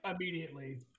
immediately